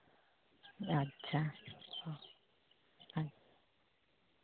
ᱟᱪᱪᱷᱟ